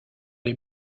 les